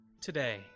Today